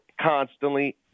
constantly